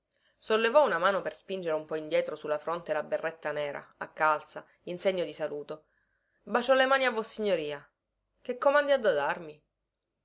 sollevò una mano per spingere un po indietro su la fronte la berretta nera a calza in segno di saluto bacio le mani a vossignoria che comandi ha da darmi